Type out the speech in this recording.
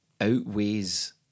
outweighs